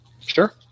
Sure